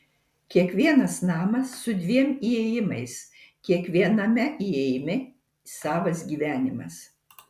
kiekvienas namas su dviem įėjimais kiekviename įėjime savas gyvenimas